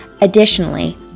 Additionally